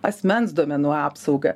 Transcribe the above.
asmens duomenų apsaugą